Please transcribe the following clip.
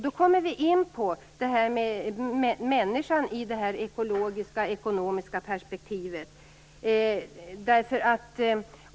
Då kommer vi in på det här med människan i det ekologiska och ekonomiska perspektivet.